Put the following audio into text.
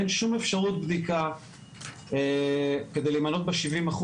אין שום אפשרות בדיקה כדי להימנות ב-70%